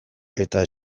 eta